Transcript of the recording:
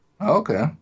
Okay